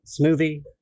smoothie